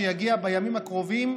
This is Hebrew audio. שיגיע בימים הקרובים,